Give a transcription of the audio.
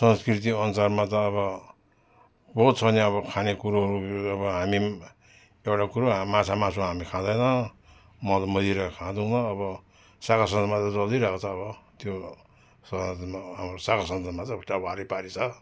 संस्कृति अनुसारमा त अब बहुत छ नि अब खाने कुरोहरू अब हामी एउटा कुरो हा माछा मासु हामी खाँदैनौँ मद मदिरा खाँदैनौँ अब शाखा सन्तानमा त चलिरहेको छ अब त्यो सनातनमा हाम्रो शाखा सन्तानमा चाहिँ अब त्यहाँ वारिपारि छ